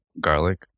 garlic